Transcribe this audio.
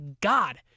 God